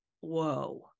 whoa